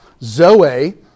Zoe